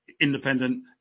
independent